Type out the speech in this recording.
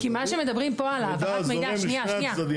כי מה שמדברים פה על העברת מידע --- מידע זורם לשני הצדדים.